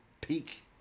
peak